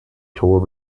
tour